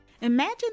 Imagine